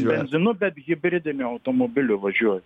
benzinu bet hibridiniu automobiliu važiuoju